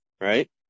right